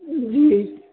جی